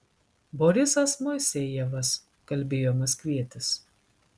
borisas moisejevas kalbėjo maskvietis